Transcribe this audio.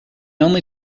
only